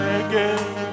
again